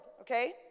okay